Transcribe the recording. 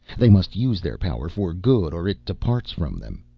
they must use their power for good or it departs from them.